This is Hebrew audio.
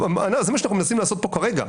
זה מה שאנחנו מנסים לעשות פה כרגע.